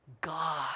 God